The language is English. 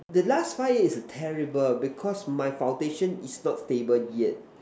the last five year is a terrible because my foundation is not stable yet